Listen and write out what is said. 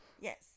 yes